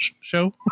show